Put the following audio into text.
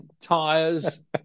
tires